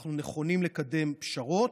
ואנחנו נכונים לקדם פשרות,